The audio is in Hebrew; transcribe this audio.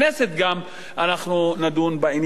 אנחנו נדון בעניין הזה,